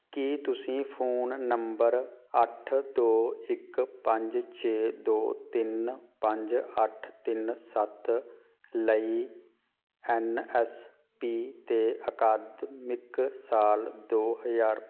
ਕੀ ਤੁਸੀਂ phone number ਅੱਠ ਦੋ ਇੱਕ ਪੰਜ ਛੇ ਦੋ ਤਿੰਨ ਪੰਜ ਅੱਠ ਤਿੰਨ ਸੱਤ ਲਈ ਐੱਨ ਐੱਸ ਪੀ 'ਤੇ ਅਕਾਦਮਿਕ ਸਾਲ ਦੋ ਹਜ਼ਾਰ